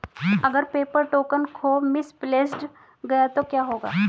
अगर paper token खो misplaced गया तो क्या होगा?